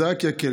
זה רק יקל.